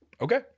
okay